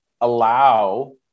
allow